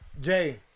Jay